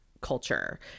culture